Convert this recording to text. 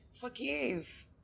forgive